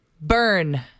Burn